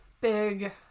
big